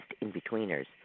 in-betweeners